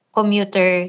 commuter